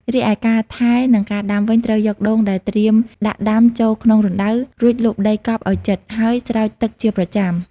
រីឯការថែ និងការដាំវិញ ត្រូវយកដូងដែលត្រៀមដាក់ដាំចូលក្នុងរណ្ដៅ រួចលប់ដីកប់ឲ្យជិត ហើយស្រោចទឹកជាប្រចាំ។